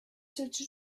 such